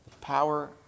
power